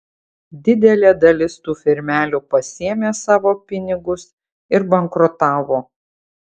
didelė dalis tų firmelių pasiėmė savo pinigus ir bankrutavo